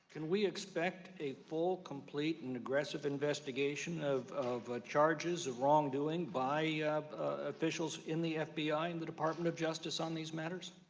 can we expect a full complete and aggressive investigation of of ah charges of wrongdoing by officials in the fbi and the department of justice on these matters?